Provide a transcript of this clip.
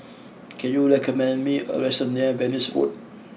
can you recommend me a restaurant near Venus Road